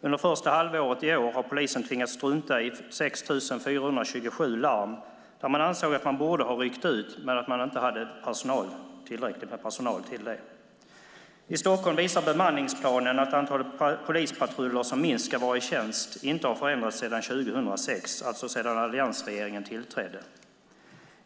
Under första halvåret i år har polisen tvingats strunta i 6 427 larm där man ansåg att man borde ha ryckt ut, men man hade inte tillräckligt med personal till det. I Stockholm visar bemanningsplanen att det antal polispatruller som minst ska vara i tjänst inte har förändrats sedan 2006, alltså sedan alliansregeringen tillträdde.